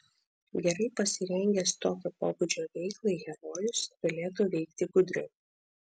gerai pasirengęs tokio pobūdžio veiklai herojus galėtų veikti gudriau